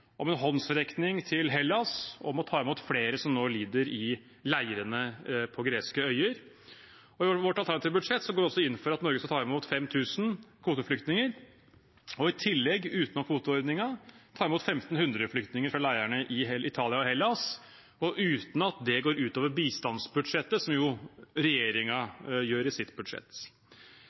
om en håndsrekning til Hellas for å ta imot flere som nå lider i leirene på greske øyer. I vårt alternative budsjett går vi også inn for at Norge skal ta imot 5 000 kvoteflyktninger og i tillegg – utenom kvoteordningen – ta imot 1 500 flyktninger fra leirene i Italia og Hellas, uten at det går utover bistandsbudsjettet, noe regjeringen lar det gjøre i sitt budsjett.